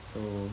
so